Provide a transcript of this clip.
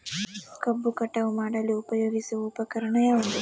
ಕಬ್ಬು ಕಟಾವು ಮಾಡಲು ಉಪಯೋಗಿಸುವ ಉಪಕರಣ ಯಾವುದು?